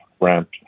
ramp